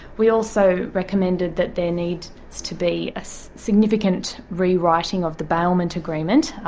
we also recommended that there needs to be a significant rewriting of the bailment agreement.